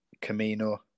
Camino